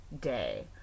day